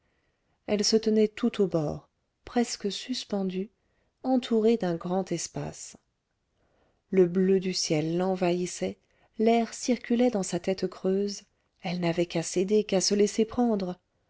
elle se tenait tout au bord presque suspendue entourée d'un grand espace le bleu du ciel l'envahissait l'air circulait dans sa tête creuse elle n'avait qu'à céder qu'à se laisser prendre